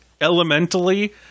elementally